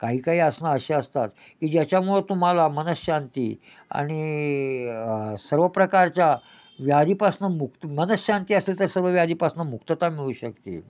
काही काही आसनं अशी असतात की ज्याच्यामुळं तुम्हाला मनःशांती आणि सर्व प्रकारच्या व्याधीपासून मुक् मनःशांती असली तर सर्व व्याधीपासून मुक्तता मिळू शकते